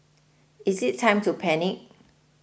is it time to panic